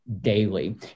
daily